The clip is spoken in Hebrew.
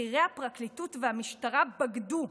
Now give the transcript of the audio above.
"בכירי הפרקליטות והמשטרה בגדו,